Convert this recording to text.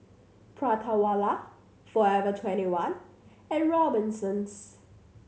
Prata Wala Forever Twenty One and Robinsons